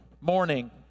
morning